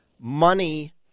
Money